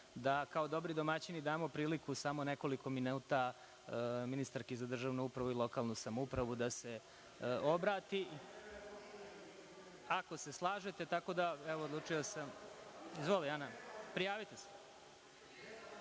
da kao dobri domaćini damo priliku samo nekoliko minuta ministarki za državnu upravu i lokalnu samoupravu da se obrati. Ako se slažete, tako da sam odlučio…(Narodni poslanici